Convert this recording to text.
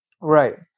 Right